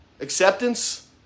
acceptance